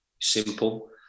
simple